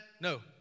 No